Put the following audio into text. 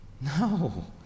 no